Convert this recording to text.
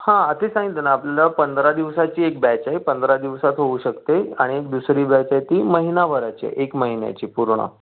हां तेच सांगितलं ना आपल्याला पंधरा दिवसाची एक बॅच आहे पंधरा दिवसात होऊ शकते आणि एक दुसरी बॅच आहे ती महिनाभराची आहे एक महिन्याची पूर्ण